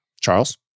Charles